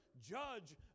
judge